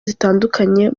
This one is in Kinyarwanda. zitandukanye